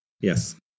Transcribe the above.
Yes